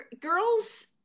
girls